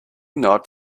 not